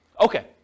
Okay